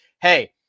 Hey